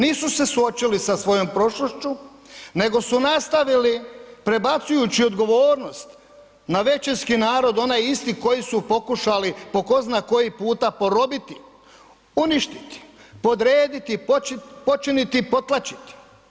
Nisu se suočili sa svojom prošlošću nego su nastavili prebacujući odgovornost na većinski narod onaj isti koji su pokušali po tko zna koji puta porobiti, uništiti, podrediti, počiniti i potlačiti.